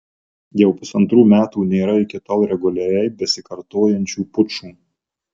jau pusantrų metų nėra iki tol reguliariai besikartojančių pučų